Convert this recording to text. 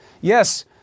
Yes